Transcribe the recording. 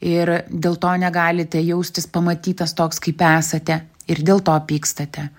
ir dėl to negalite jaustis pamatytas toks kaip esate ir dėl to pykstate